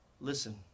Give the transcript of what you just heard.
listen